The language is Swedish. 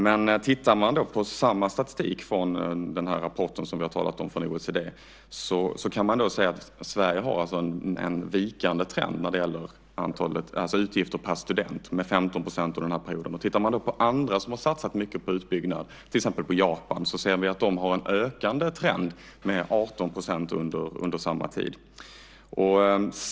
Men om vi tittar på statistiken i den OECD-rapport som vi nämnt tidigare kan man se att Sverige har en vikande trend när det gäller utgifter per student. Det handlar om 15 % under den perioden. Om man sedan tittar på andra som satsat mycket på utbyggnad, till exempel Japan, ser vi att de har en ökande trend under samma tid. Där är siffran 18 %.